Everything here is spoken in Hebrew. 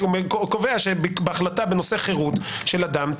קובע שבהחלטה בנושא חירות של אדם,